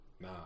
Nah